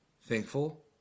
thankful